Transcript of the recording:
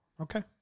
Okay